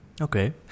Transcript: Okay